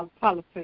policy